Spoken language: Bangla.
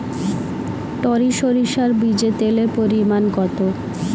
টরি সরিষার বীজে তেলের পরিমাণ কত?